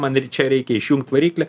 man ir čia reikia išjungt variklį